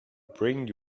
bring